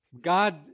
God